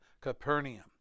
Capernaum